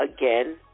again